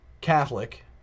Catholic